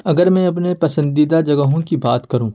اگر میں اپنے پسندیدہ جگہوں کی بات کروں